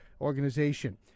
organization